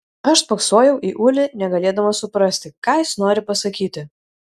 aš spoksojau į ulį negalėdama suprasti ką jis nori pasakyti